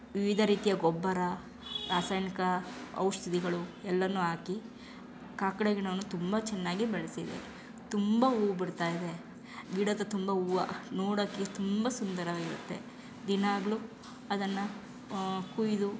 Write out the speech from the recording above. ವಿವಿಧ ರೀತಿಯ ಗೊಬ್ಬರ ರಾಸಾಯನಿಕ ಔಷಧಿಗಳು ಎಲ್ಲವೂ ಹಾಕಿ ಕಾಕಡ ಗಿಡವೂ ತುಂಬ ಚೆನ್ನಾಗಿ ಬೆಳೆಸಿದ್ದೀನಿ ತುಂಬ ಹೂ ಬಿಡ್ತಾಯಿದೆ ಗಿಡದ ತುಂಬ ಹೂವು ನೋಡೋಕ್ಕೆ ತುಂಬ ಸುಂದರ ಇರುತ್ತೆ ದಿನಾಗಲೂ ಅದನ್ನು ಕೊಯ್ದು